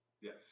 Yes